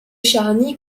charny